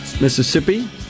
Mississippi